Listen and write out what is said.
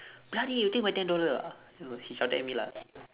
bloody you took my ten dollar ah it was he shouted at me lah